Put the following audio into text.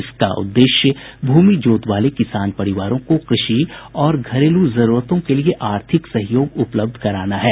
इसका उद्देश्य भूमि जोत वाले किसान परिवारों को कृषि और घरेलू जरूरतों के लिए आर्थिक सहयोग मुहैया कराना है